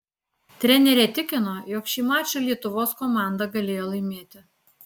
trenerė tikino jog šį mačą lietuvos komanda galėjo laimėti